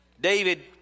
David